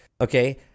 Okay